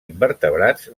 invertebrats